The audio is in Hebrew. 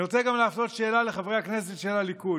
אני רוצה גם להפנות שאלה לחברי הכנסת של הליכוד,